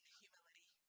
humility